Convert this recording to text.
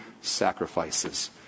sacrifices